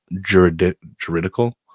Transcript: juridical